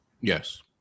yes